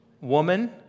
woman